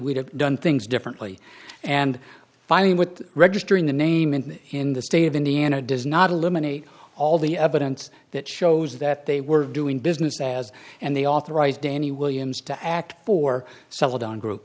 would have done things differently and fine with registering the name and in the state of indiana does not eliminate all the evidence that shows that they were doing business as and they authorized danny williams to act for celadon group